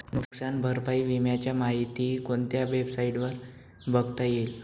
नुकसान भरपाई विम्याची माहिती कोणत्या वेबसाईटवर बघता येईल?